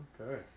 Okay